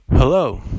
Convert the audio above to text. Hello